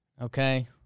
okay